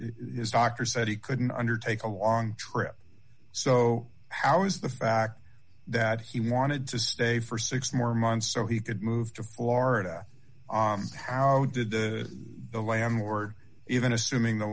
is doctor said he couldn't undertake a long trip so how was the fact that he wanted to stay for six more months so he could move to florida how did the landlord even assuming the